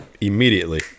immediately